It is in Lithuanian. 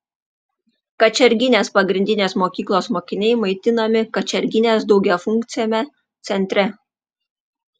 kačerginės pagrindinės mokyklos mokiniai maitinami kačerginės daugiafunkciame centre